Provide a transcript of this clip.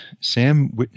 Sam